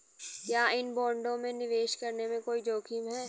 क्या इन बॉन्डों में निवेश करने में कोई जोखिम है?